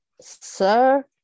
sir